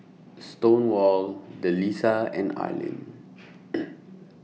Stonewall Delisa and Arlin